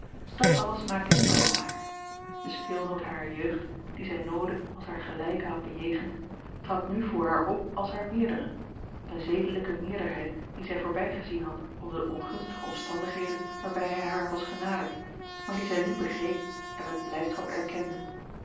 dat alles maakte indruk op haar de speelnoot harer jeugd dien zij noode als haar gelijke had bejegend trad nu voor haar op als haar meerdere eene zedelijke meerderheid die zij voorbijgezien had onder de ongunstige omstandigheden waarbij hij haar was genaderd maar die zij nu begreep en met blijdschap erkende